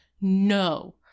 No